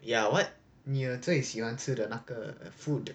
ya what 你最喜欢吃的那个 food